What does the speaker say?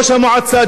עליו השלום,